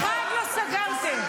אחד לא סגרתם.